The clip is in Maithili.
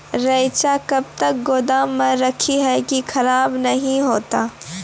रईचा कब तक गोदाम मे रखी है की खराब नहीं होता?